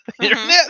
internet